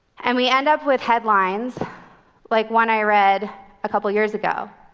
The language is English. and we end up with headlines like one i read a couple of years ago.